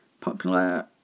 popular